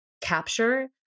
capture